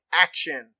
action